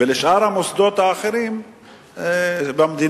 והשאר למוסדות האחרים במדינה.